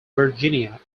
virginia